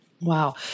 Wow